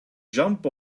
jump